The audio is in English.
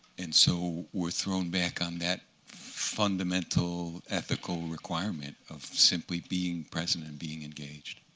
and so we're thrown back on that fundamental ethical requirement of simply being present and being engaged.